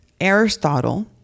Aristotle